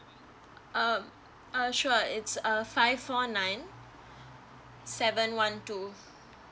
uh uh sure it's err five four nine seven one two